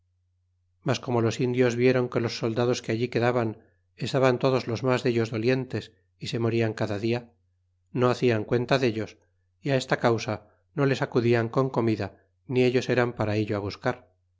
mas corno los indios vieron que los soldados que allí quedaban estaban todos los mas dellos dolientes y se morian cada dia no hacian cuenta dellos y esta causa no les acudian con comida ni ellos eran para illo buscar